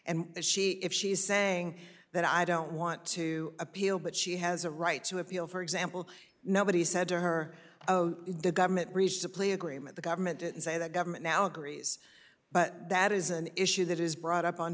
and she if she's saying that i don't want to appeal but she has a right to appeal for example nobody said to her the government reached a plea agreement the government and say the government now agrees but that is an issue that is brought up on